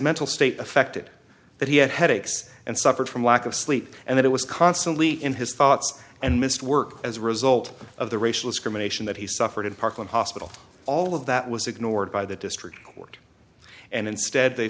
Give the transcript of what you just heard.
mental state affected that he had headaches and suffered from lack of sleep and that it was constantly in his thoughts and missed work as a result of the racial discrimination that he suffered in parkland hospital all of that was ignored by the district court and instead they